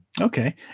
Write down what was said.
Okay